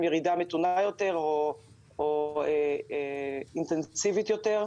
ירידה מתונה יותר או אינטנסיבית יותר.